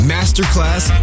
Masterclass